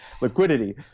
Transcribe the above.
Liquidity